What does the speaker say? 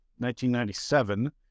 1997